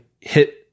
hit